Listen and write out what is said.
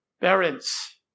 parents